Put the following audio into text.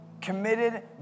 Committed